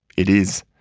it is.